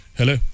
Hello